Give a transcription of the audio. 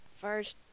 First